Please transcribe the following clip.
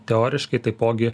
teoriškai taipogi